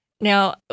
now